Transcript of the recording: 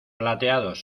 plateados